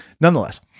Nonetheless